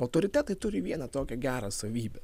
autoritetai turi vieną tokią gerą savybę